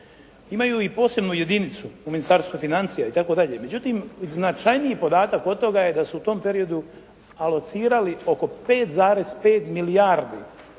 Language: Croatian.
Imaju i posebnu jedinicu u Ministarstvu financija itd. Međutim, značajniji podatak od toga je da su u tom periodu alocirali oko 5,5 milijardi